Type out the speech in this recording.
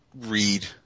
read